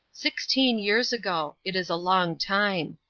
sixteen years ago it is a long time.